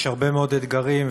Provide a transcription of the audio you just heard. יש הרבה מאוד אתגרים,